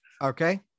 Okay